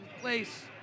place